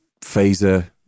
phaser